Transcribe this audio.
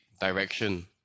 direction